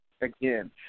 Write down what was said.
Again